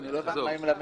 לא הבנתי מה היא מלמדת...